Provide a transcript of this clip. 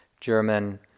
German